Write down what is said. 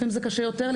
לפעמים זה קשה יותר,